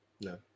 No